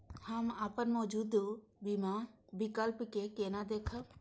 हम अपन मौजूद बीमा विकल्प के केना देखब?